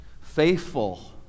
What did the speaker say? Faithful